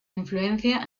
influencia